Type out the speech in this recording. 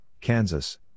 Kansas